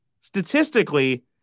Statistically